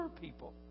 people